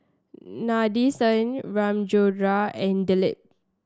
Nadesan Ramchundra and Dilip